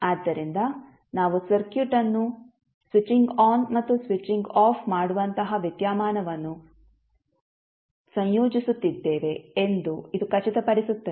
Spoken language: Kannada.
ಆದ್ದರಿಂದ ನಾವು ಸರ್ಕ್ಯೂಟ್ಅನ್ನು ಸ್ವಿಚ್ಚಿಂಗ್ ಆನ್ ಮತ್ತು ಸ್ವಿಚ್ಚಿಂಗ್ ಆಫ್ ಮಾಡುವಂತಹ ವಿದ್ಯಮಾನವನ್ನು ಸಂಯೋಜಿಸುತ್ತಿದ್ದೇವೆ ಎಂದು ಇದು ಖಚಿತಪಡಿಸುತ್ತದೆ